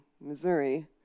Missouri